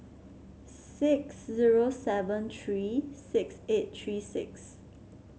six zero seven three six eight three six